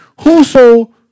Whoso